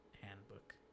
handbook